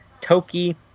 toki